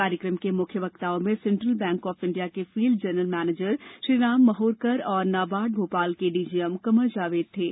कार्यक्रम के मुख्य वक्ताओं में सेंट्रल बैंक ऑफ इंडिया के field general manager Shriram Mahurkar और नाबार्ड भोपाल के डीजीएम कमर जावेद थे